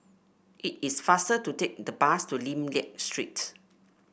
it is faster to take the bus to Lim Liak Street